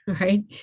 Right